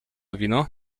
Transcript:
wino